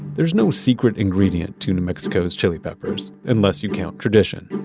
there's no secret ingredient to new mexico's chili peppers unless you count tradition.